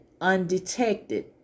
undetected